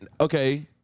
Okay